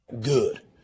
Good